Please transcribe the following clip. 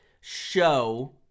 show